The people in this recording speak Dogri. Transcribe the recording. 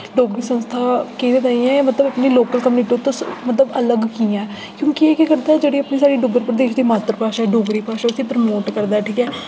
डोगरी संस्था किदे ताईं ऐ मतलब अपनी लोकल कम्यूनिटी तुस मतलब अलग कि'यां ऐ क्यूंकि एह् केह् करदा ऐ जेह्ड़ी अपनी साढ़ी डुग्गर प्रदेश दी मात्तर भाशा ऐ डोगरी भाशा उस्सी प्रमोट करदा ऐ ठीक ऐ